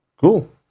Cool